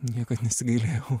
niekad nesigailėjau